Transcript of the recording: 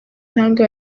intambwe